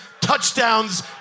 Touchdowns